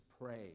pray